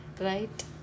right